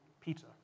Peter